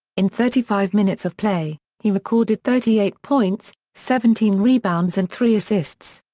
in thirty five minutes of play, he recorded thirty eight points, seventeen rebounds and three assists.